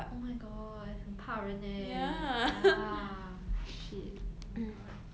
oh my god 很怕人 eh ya shit oh my god